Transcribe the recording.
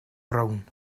brown